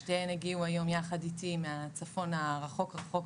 שתיהן הגיעו היום יחד אתי מהצפון הרחוק רחוק.